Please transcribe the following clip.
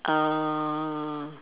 uh